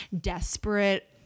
desperate